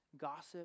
gossip